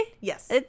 yes